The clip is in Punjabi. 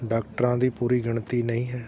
ਡਾਕਟਰਾਂ ਦੀ ਪੂਰੀ ਗਿਣਤੀ ਨਹੀਂ ਹੈ